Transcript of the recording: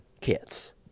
kits